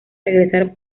regresar